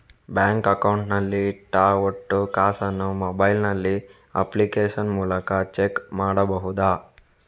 Bank account ನಲ್ಲಿ ಇಟ್ಟ ಒಟ್ಟು ಕಾಸನ್ನು ಮೊಬೈಲ್ ನಲ್ಲಿ ಅಪ್ಲಿಕೇಶನ್ ಮೂಲಕ ಚೆಕ್ ಮಾಡಬಹುದಾ?